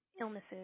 illnesses